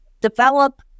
develop